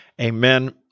Amen